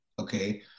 okay